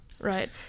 Right